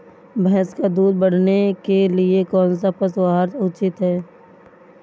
भैंस का दूध बढ़ाने के लिए कौनसा पशु आहार उचित है?